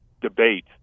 debate